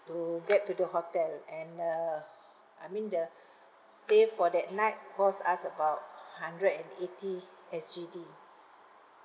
to get to the hotel and uh I mean the stay for that night cost us about hundred and eighty S_G_D